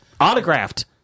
Autographed